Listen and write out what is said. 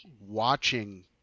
watching